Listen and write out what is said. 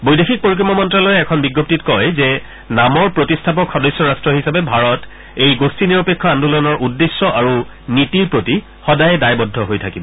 বৈদেশিক পৰিক্ৰমা মন্তালয়ে এখন বিজপ্তিত কয় যে নামৰ প্ৰতিষ্ঠাপক সদস্য ৰাষ্ট্ৰ হিচাপে ভাৰত এই গোষ্ঠী নিৰপেক্ষ আন্দোলনৰ উদ্দেশ্য আৰু নীতিৰ প্ৰতি সদায়ে দায়বদ্ধ হৈ থাকিব